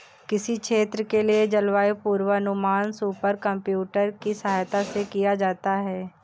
किसी क्षेत्र के लिए जलवायु पूर्वानुमान सुपर कंप्यूटर की सहायता से किया जाता है